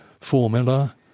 formula